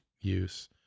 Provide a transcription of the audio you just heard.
use